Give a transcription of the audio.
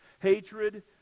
hatred